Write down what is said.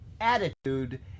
attitude